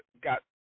got